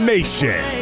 Nation